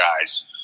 guys